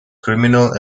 criminal